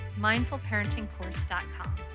mindfulparentingcourse.com